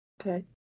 okay